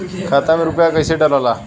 खाता में रूपया कैसे डालाला?